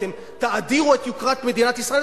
אתם תאדירו את יוקרת מדינת ישראל,